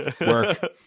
work